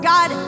God